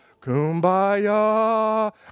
kumbaya